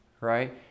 right